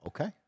Okay